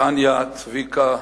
טניה, צביקה,